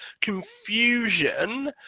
confusion